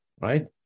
right